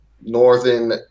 Northern